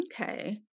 Okay